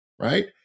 right